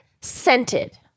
scented